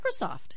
Microsoft